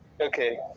okay